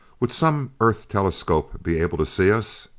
would some earth telescope be able to see us?